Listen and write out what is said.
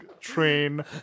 train